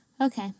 Okay